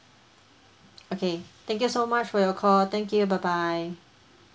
okay thank you so much for your call thank you bye bye